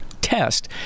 test